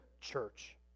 church